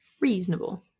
Reasonable